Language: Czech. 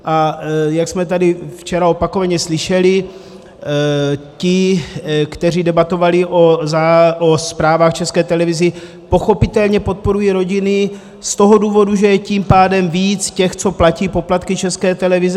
A jak jsme tady včera opakovaně slyšeli, ti, kteří debatovali o zprávách o České televizi, pochopitelně podporují rodiny z toho důvodu, že je tím pádem víc těch, co platí poplatky České televizi.